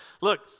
Look